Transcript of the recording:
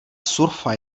surfa